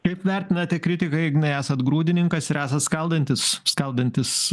kaip vertinate kritiką ignai esat grūdininkas ir esat skaldantis skaldantis